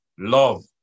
Love